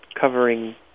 covering